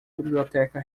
biblioteca